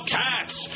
cats